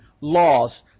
laws